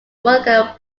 molecular